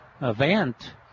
event